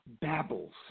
babbles